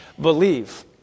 believe